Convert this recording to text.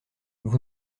vous